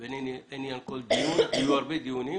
ואין עניין בכל דיון ויהיו הרבה דיונים